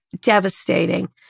devastating